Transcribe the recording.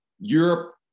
Europe